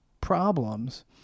problems